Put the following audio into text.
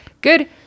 good